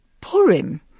Purim